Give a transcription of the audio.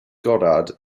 goddard